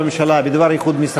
הממשלה, בדבר איחוד משרדים.